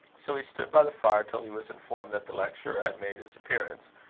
so he stood by the fire till he was informed that the lecturer had made his appearance,